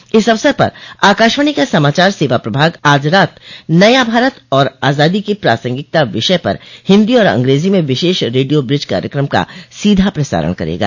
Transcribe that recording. bite इस अवसर पर आकाशवाणी का समाचार सेवा प्रभाग आज रात नया भारत और आजादी की प्रासंगिकता विषय पर हिन्दी और अंग्रेजी में विशेष रेडियो ब्रिज कार्यक्रम का सीधा प्रसारण करेगा